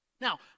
Now